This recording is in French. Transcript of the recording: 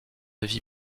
vie